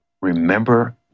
remember